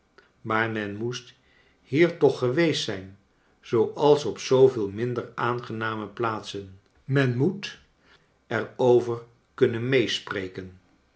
maar men moest hier toch geweest zijn zooals op zooveel minder aangename plaatsen men moet er over kunnen meespreken